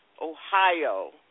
Ohio